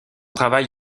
travail